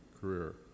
career